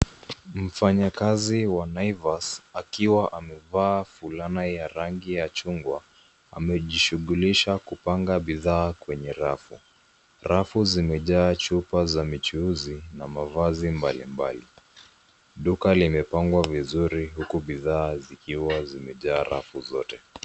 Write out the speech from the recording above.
Mfanyikazi wa Naivas akiwa amevaa fulana ya rangi ya chungwa amejishughulisha kupanga bidhaa kwenye rafu. Rafu zimejaa chupa za michuuzi na mavazi mbalimbali. Duka limepangwa vizuri huku bidhaa zikiwa zimejaa rafu zote.